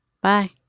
Bye